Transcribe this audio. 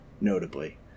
notably